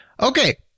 Okay